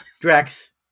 Drax